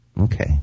Okay